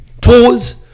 pause